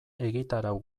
egitarau